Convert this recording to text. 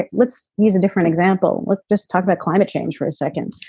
ah let's use a different example. let's just talk about climate change for a second.